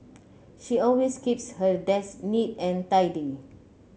she always keeps her desk neat and tidy